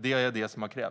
Det är det som har krävts.